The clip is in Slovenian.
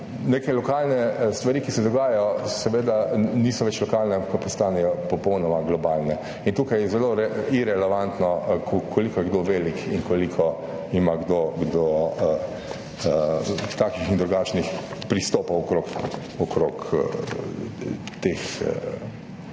neke lokalne stvari, ki se dogajajo, seveda niso več lokalne, ampak postanejo popolnoma globalne. In tukaj je zelo irelevantno, kako je kdo velik in koliko ima kdo takih in drugačnih pristopov okrog teh